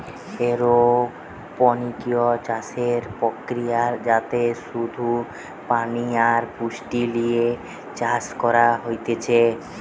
aeroponics চাষের প্রক্রিয়া যাতে শুধু পানি আর পুষ্টি লিয়ে চাষ করা হতিছে